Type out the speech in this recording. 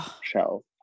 show